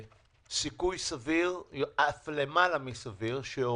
לכן אני חושב שיש פה גם הסכמה בין כל